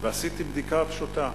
ועשיתי בדיקה פשוטה: